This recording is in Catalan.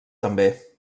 també